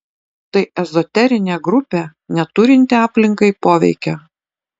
tai ezoterinė grupė neturinti aplinkai poveikio